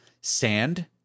Sand